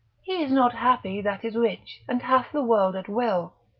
he is not happy that is rich, and hath the world at will,